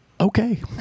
Okay